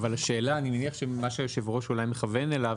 אני מניח שמה שהיושב ראש אולי מכוון אליו